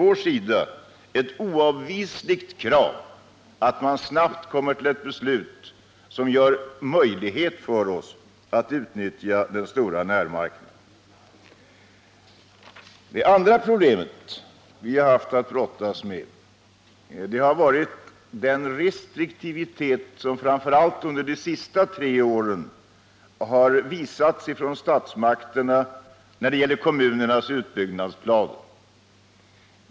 Det är ett oavvisligt krav från vår sida att man snabbt kommer till ett beslut som gör det möjligt för oss att utnyttja den stora närmarknaden. Ett annat problem som vi haft att brottas med är den restriktivitet som framför allt under de senaste tre åren visats från statsmakternas sida när det gäller kommunernas utbildningsplaner.